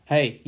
Hey